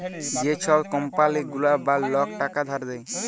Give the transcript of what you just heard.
যে ছব কম্পালি গুলা বা লক টাকা ধার দেয়